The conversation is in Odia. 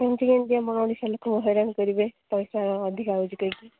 ଏମିତି କେମିତି ଲୋକଙ୍କୁ ହଇରାଣ କରିବେ ପଇସା ଅଧିକା ହେଉଛି କହିକି